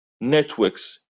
networks